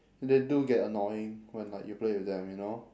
they do get annoying when like you play with them you know